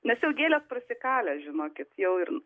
nes jau gėlės prasikalę žinokit jau ir